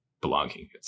belonging